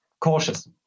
cautious